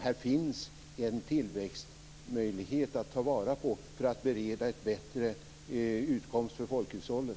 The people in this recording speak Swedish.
Här finns en tillväxtmöjlighet att ta vara på när det gäller att bereda en bättre utkomst för folkhushållet.